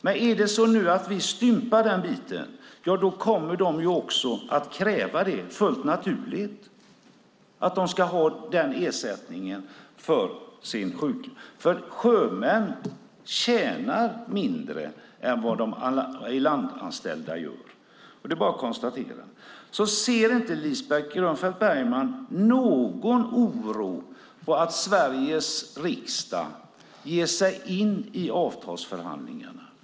Men om vi nu stympar den biten kommer de, fullt naturligt, att kräva löneökningar i motsvarande mån, för sjömän tjänar mindre än vad de landanställda gör. Det är bara att konstatera. Känner inte Lisbeth Grönfeldt Bergman någon oro för att Sveriges riksdag nu ger sig in i avtalsförhandlingarna?